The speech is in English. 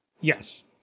yes